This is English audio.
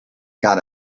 got